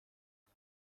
نمی